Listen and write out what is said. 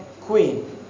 queen